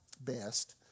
best